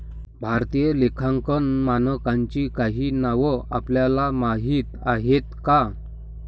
भारतीय लेखांकन मानकांची काही नावं आपल्याला माहीत आहेत का?